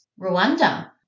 Rwanda